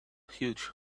huge